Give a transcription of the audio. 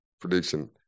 prediction